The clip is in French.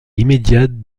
immédiate